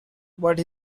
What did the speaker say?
but